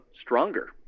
stronger